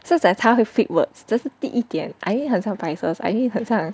so 讲他会 flip words 就是第一点 I mean 很像 prices I mean 很像